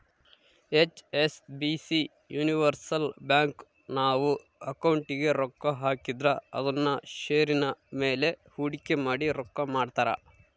HSBC universal bank, ನಾವು ಅಕೌಂಟಿಗೆ ರೊಕ್ಕ ಹಾಕಿದ್ರ ಅದುನ್ನ ಷೇರಿನ ಮೇಲೆ ಹೂಡಿಕೆ ಮಾಡಿ ರೊಕ್ಕ ಮಾಡ್ತಾರ